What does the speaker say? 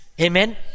Amen